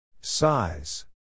Size